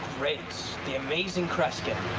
great. the amazing kreskin.